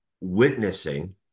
witnessing